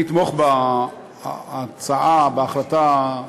אני אתמוך בהצעה, בהחלטה,